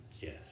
Yes